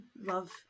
love